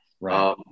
Right